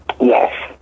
Yes